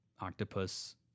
octopus